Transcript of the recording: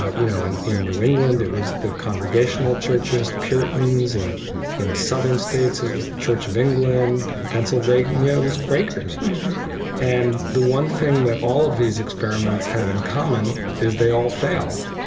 ah you know, in in new england, it was the congregational churches, the puritans, and in the southern states, it was the church of england, and pennsylvania, it was quakers and, the one thing that all of these experiments had in common is they all failed.